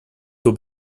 two